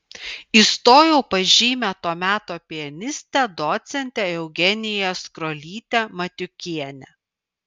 įstojau pas žymią to meto pianistę docentę eugeniją skrolytę matiukienę